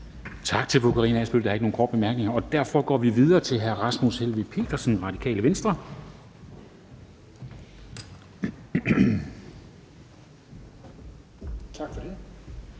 Tak til fru Karina Adsbøl. Der er ikke nogen korte bemærkninger. Derfor går vi videre til hr. Rasmus Helveg Petersen, Radikale Venstre. Kl.